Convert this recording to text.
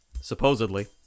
supposedly